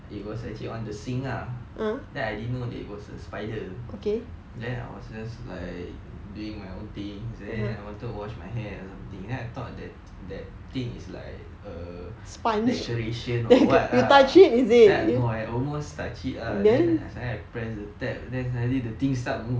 it was actually on the sink ah then I didn't know that it was a spider then I was just like doing my own things then I wanted to wash my hair or something then I thought that that thing is like a decoration or what lah no I almost touched it lah then I press the tap then suddenly the thing start to move